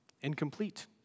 incomplete